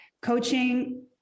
coaching